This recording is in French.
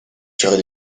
tirée